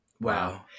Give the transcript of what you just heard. Wow